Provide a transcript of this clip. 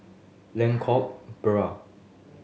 Lengkok Bahru